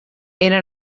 era